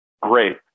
great